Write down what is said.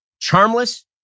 charmless